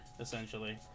essentially